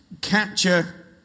capture